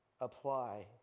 apply